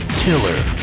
tiller